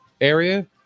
area